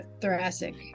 Thoracic